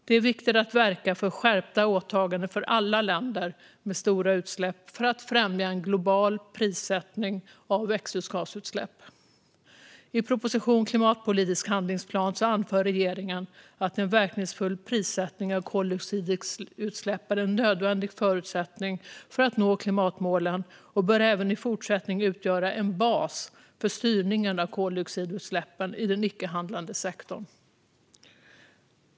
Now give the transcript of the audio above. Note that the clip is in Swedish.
Det är viktigt att verka för skärpta åtaganden för alla länder med stora utsläpp för att främja en global prissättning av växthusgasutsläpp. I propositionen En samlad politik för klimatet - k limatpolitisk handlingsplan anför regeringen att en verkningsfull prissättning av koldioxidutsläpp är en nödvändig förutsättning för att nå klimatmålen och även i fortsättningen bör utgöra en bas för styrningen av koldioxidutsläppen i den icke-handlande sektorn.